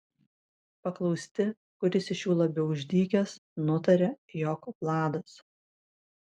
paklausti kuris iš jų labiau išdykęs nutaria jog vladas